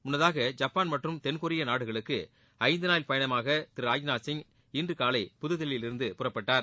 முன்னதாக ஜப்பான் மற்றும் தென்கொரிய நாடுகளுக்கு ஐந்து நாள் பயணமாக திரு ராஜ்நாத் சிங் இன்று காலை புதுதில்லியில் இருந்து புறப்பட்டார்